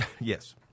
yes